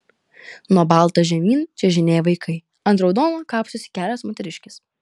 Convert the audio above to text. nuo balto žemyn čiuožinėja vaikai ant raudono kapstosi kelios moteriškės